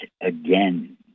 again